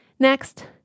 Next